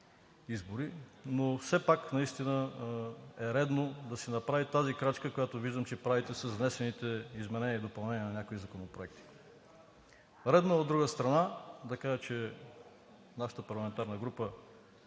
избори, но все пак наистина е редно да се направи тази крачка, която виждам, че правите с внесените изменения и допълнения на някои законопроекти. От друга страна, редно е да кажа, че от нашата парламентарна група